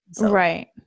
Right